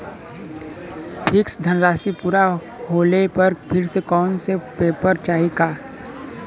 Fix धनराशी पूरा होले पर फिर से कौनो पेपर चाही का?